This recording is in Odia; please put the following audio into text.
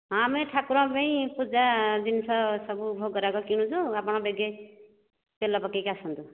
ହଁ ଆମେ ଠାକୁରଙ୍କ ପାଇଁ ପୂଜା ଜିନିଷ ସବୁ ଭୋଗ ରାଗ କିଣୁଛୁ ଆପଣ ବେଗି ତେଲ ପକାଇକି ଆସନ୍ତୁ